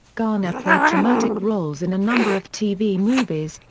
garner played dramatic roles in a number of tv movies,